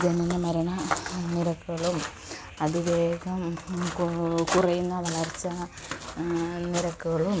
ജനന മരണ നിരക്കുകളും അതിവേഗം കുറയുന്ന വളർച്ച നിരക്കുകളും